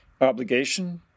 obligation